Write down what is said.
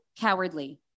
cowardly